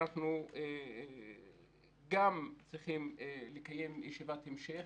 שאנחנו צריכים לקיים ישיבת המשך